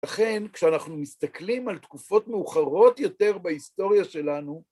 לכן, כשאנחנו מסתכלים על תקופות מאוחרות יותר בהיסטוריה שלנו,